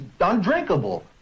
undrinkable